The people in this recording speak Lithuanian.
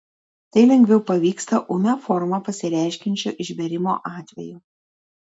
tai lengviau pavyksta ūmia forma pasireiškiančio išbėrimo atveju